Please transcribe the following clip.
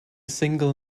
single